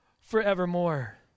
forevermore